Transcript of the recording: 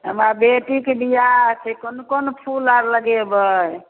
हमरा बेटीके विवाह छै कोन कोन फूल आर लगेबै